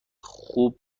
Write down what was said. خوب